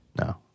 No